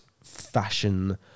fashion